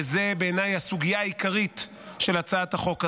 וזה בעיניי הסוגיה העיקרית של הצעת החוק הזאת: